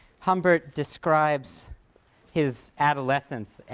humbert describes his adolescence,